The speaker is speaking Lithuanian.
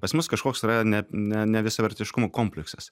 pas mus kažkoks yra ne ne nevisavertiškumo kompleksas